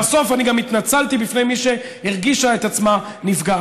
בסוף אני גם התנצלתי בפני מי שהרגישה את עצמה נפגעת.